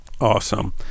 Awesome